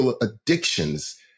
addictions